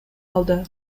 алды